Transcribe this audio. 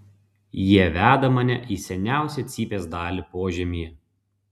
jie veda mane į seniausią cypės dalį požemyje